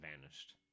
vanished